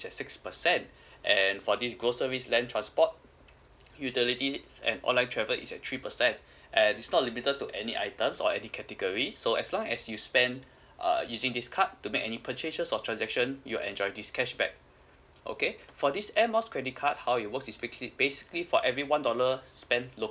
just six percent and for this grocery land transport utility and online travel is at three percent and is not limited to any items or any category so as long as you spend err using this card to make any purchases of transaction you enjoy this cashback okay for this airmiles credit card how it work is basic~ basically for every one dollar spent lo~